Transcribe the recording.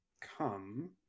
come